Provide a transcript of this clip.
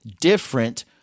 different